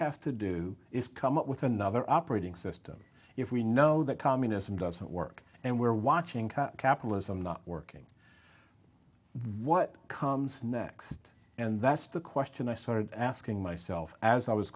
have to do is come up with another operating system if we know that communism doesn't work and we're watching capitalism not working what comes next and that's the question i started asking myself as i was